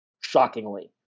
shockingly